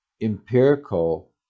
empirical